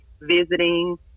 visiting